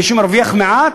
מי שמרוויח מעט,